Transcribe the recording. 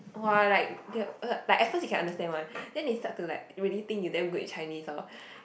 !wah! like they at first they can understand then they start to like think you damn good in Chinese orh